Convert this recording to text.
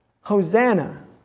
Hosanna